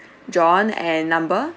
john and number